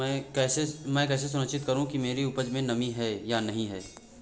मैं कैसे सुनिश्चित करूँ कि मेरी उपज में नमी है या नहीं है?